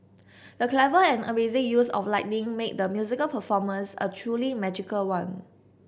the clever and amazing use of lighting made the musical performance a truly magical one